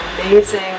amazing